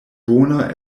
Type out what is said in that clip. bona